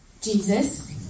Jesus